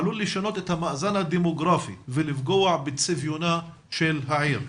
עלול לשנות את המאזן הדמוגרפי ולפגוע בצביונה של העיר".